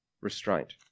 restraint